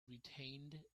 retained